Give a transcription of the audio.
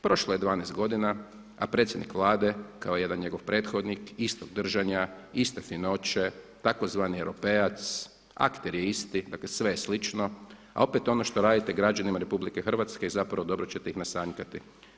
Prošlo je 12 godina a predsjednik Vlade kao jedan njegov prethodnik istog držanja, iste finoće tzv. europejac akter je isti, dakle sve je slično a opet ono što radite građanima RH i zapravo dobro ćete ih nasanjkati.